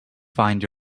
find